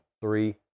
Three